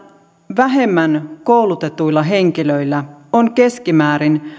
vähemmän koulutetuilla henkilöillä on keskimäärin